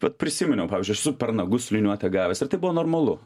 vat prisiminiau pavyzdžiui esu per nagus su liniuote gavęs ir tai buvo normalu